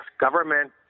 government